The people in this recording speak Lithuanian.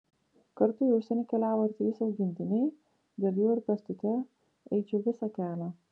kartu į užsienį keliavo ir trys augintiniai dėl jų ir pėstute eičiau visą kelią